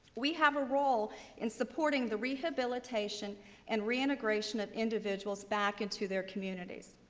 we have a role in supporting the rehabilitation and reintegration of individuals back into their community.